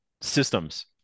systems